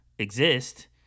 exist